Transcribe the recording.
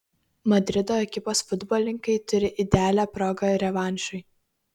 madrido ekipos futbolininkai turi idealią progą revanšui